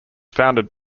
founded